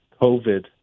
COVID